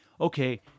okay